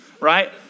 right